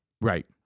Right